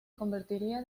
convertiría